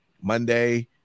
Monday